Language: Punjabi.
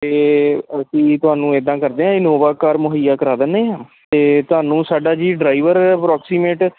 ਅਤੇ ਅਸੀਂ ਤੁਹਾਨੂੰ ਇੱਦਾਂ ਕਰਦੇ ਹਾਂ ਇਨੋਵਾ ਕਾਰ ਮੁਹੱਈਆ ਕਰਾ ਦਿੰਦੇ ਹਾਂ ਅਤੇ ਤੁਹਾਨੂੰ ਸਾਡਾ ਜੀ ਡਰਾਈਵਰ ਅਪਰੋਕਸੀਮੇਟ